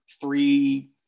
three